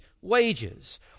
wages